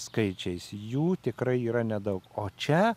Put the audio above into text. skaičiais jų tikrai yra nedaug o čia